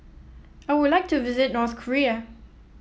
I would like to visit North Korea